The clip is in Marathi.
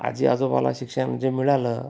आजीआजोबाला शिक्षण जे मिळालं